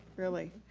really.